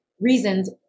reasons